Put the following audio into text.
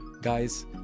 guys